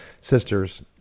Sisters